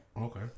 Okay